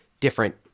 different